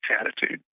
attitude